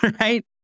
Right